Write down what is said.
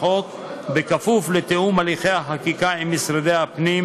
החוק בכפוף לתיאום הליכי החקיקה עם משרדי הפנים,